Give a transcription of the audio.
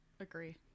Agree